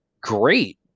Great